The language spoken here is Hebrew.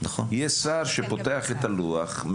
יש שר שפותח את הלוח,